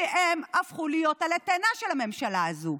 כי הם הפכו להיות עלה תאנה של הממשלה הזו.